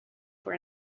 for